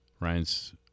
Ryan's –